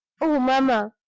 oh, mamma,